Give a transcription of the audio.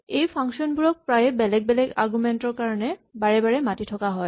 এই ফাংচন বোৰক প্ৰায়ে বেলেগ বেলেগ আৰগুমেন্ট ৰ কাৰণে বাৰে বাৰে মাতি থকা হয়